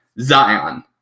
zion